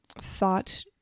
thought